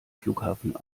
flughafen